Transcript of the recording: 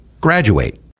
graduate